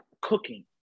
cooking